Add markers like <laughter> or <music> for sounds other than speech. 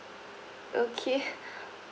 okay <laughs>